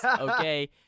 okay